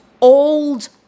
old